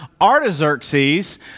Artaxerxes